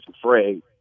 afraid